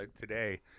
today